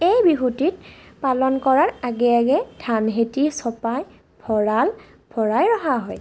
এই বিহুটিক পালন কৰাৰ আগে আগে ধান খেতি চপাই ভঁৰাল ভৰাই ৰখা হয়